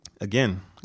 again